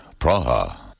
Praha